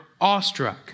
awestruck